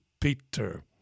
Peter